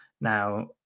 Now